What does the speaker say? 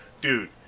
Dude